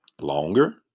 longer